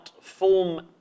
form